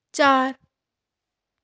ਚਾਰ